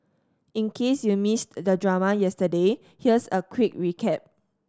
in case you missed the drama yesterday here's a quick recap